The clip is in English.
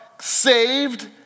saved